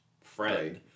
friend